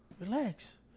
Relax